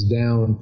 down